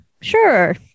Sure